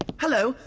hello,